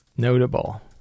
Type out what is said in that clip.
Notable